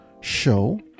show